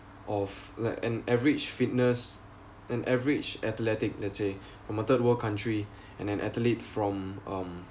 of like an average fitness an average athletic let's say from a third world country and an athlete from um